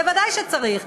ודאי שצריך.